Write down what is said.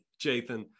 Jathan